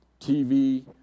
TV